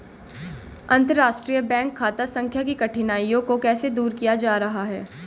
अंतर्राष्ट्रीय बैंक खाता संख्या की कठिनाइयों को कैसे दूर किया जा रहा है?